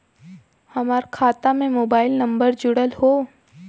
हमार खाता में मोबाइल नम्बर जुड़ल हो?